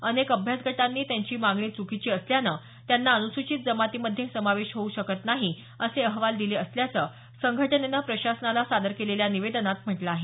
अनेक अभ्यासगटांनी त्यांची मागणी चुकीची असल्यानं त्यांचा अनुसूचीत जमातीमध्ये समावेश होऊ शकत नाही असे अहवाल दिले असल्याच संघटनेन प्रशासनाला सादर केलेल्या निवेदनात म्हटलं आहे